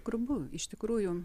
grubu iš tikrųjų